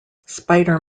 spider